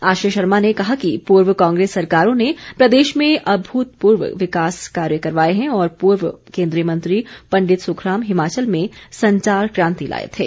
आश्रय शर्मा ने कहा कि पूर्व कांग्रेस सरकारों ने प्रदेश में अभूतपूर्व विकास कार्य करवाए हैं और पूर्व केन्द्रीय मंत्री पंडित सुखराम हिमाचल में संचार क्रांति लाए थे